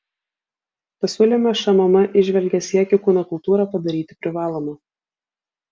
pasiūlyme šmm įžvelgia siekį kūno kultūrą padaryti privaloma